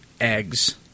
eggs